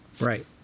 Right